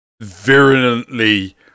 virulently